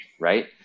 right